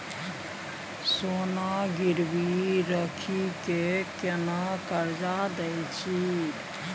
सोना गिरवी रखि के केना कर्जा दै छियै?